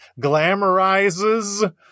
glamorizes